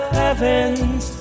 heavens